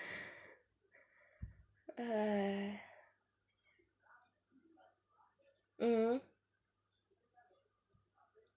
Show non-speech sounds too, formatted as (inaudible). (noise) mmhmm